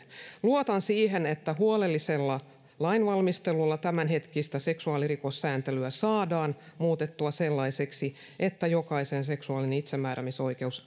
luotan siihen että huolellisella lainvalmistelulla tämänhetkistä seksuaalirikossääntelyä saadaan muutettua sellaiseksi että jokaisen seksuaalinen itsemääräämisoikeus